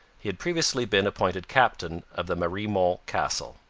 he had previously been appointed captain of the mariemont castle.